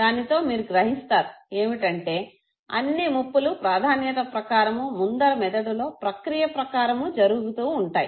దానితో మీరు గ్రహిస్తారు ఏమిటంటే అన్ని ముప్పులు ప్రాధాన్యత ప్రకారము ముందర మెదడులో ప్రక్రియ ప్రకారము జరుగుతూవుంటాయి